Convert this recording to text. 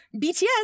BTS